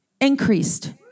increased